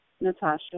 Natasha